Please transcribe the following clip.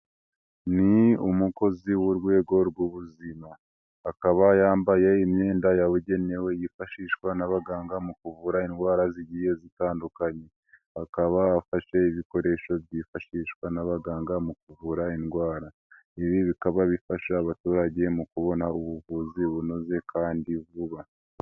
Ni umukozi w'urwego rw'ubuzima akaba yambaye imyenda yabugenewe yifashishwa n'abaganga mu kuvura indwara zigiye zitandukanye, akaba afashe ibikoresho byifashishwa n'abaganga mu kuvura indwara. Ibi bikaba bifasha abaturage mu kubona ubuvuzi bunoze kandi vuba.